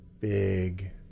Big